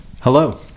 Hello